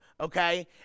okay